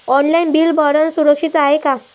Online bill भरनं सुरक्षित हाय का?